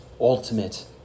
ultimate